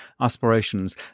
aspirations